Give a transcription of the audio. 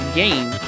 game